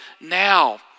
now